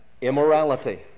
Immorality